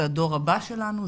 זה הדור הבא שלנו,